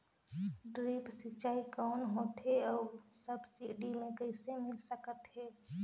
Drip सिंचाई कौन होथे अउ सब्सिडी मे कइसे मिल सकत हे?